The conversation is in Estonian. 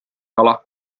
kala